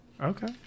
Okay